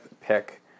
pick